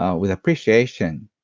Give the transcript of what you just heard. ah with appreciation,